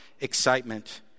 excitement